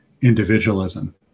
individualism